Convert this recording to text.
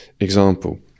example